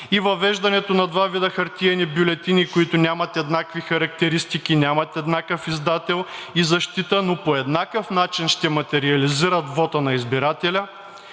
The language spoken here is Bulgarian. и въвеждането на два вида хартиени бюлетини, които нямат еднакви характеристики, нямат еднакъв издател и защита, но по еднакъв начин ще материализират вота на избирателя